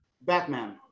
batman